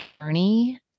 journey